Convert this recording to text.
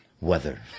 weather